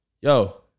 Yo